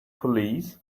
police